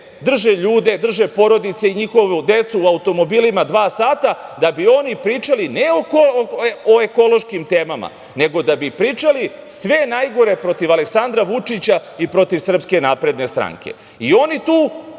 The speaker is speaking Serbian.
drže ljude, drže porodice i njihovu decu u automobilima dva sata da bi oni pričali, ne o ekološkim temama, nego da bi pričali sve najgore protiv Aleksandra Vučića i protiv Srpske napredne stranke. Oni tu